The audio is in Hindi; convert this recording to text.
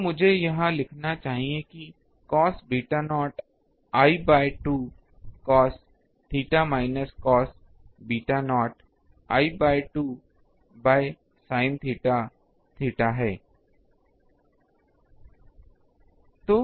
तो मुझे यह लिखना चाहिए कि cos beta naught l by 2 cos theta minus cos beta naught l by 2 by sine theta theta है